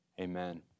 amen